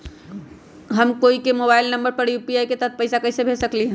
हम कोई के मोबाइल नंबर पर यू.पी.आई के तहत पईसा कईसे भेज सकली ह?